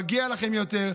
מגיע לכם יותר,